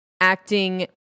Acting